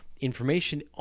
information